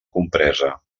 compresa